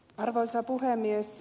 arvoisa puhemies